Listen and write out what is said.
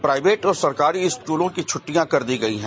private और सरकारी स्कूलों की छुटिटयां कर दी गई हैं